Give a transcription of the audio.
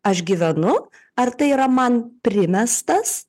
aš gyvenu ar tai yra man primestas